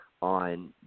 on